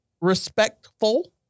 respectful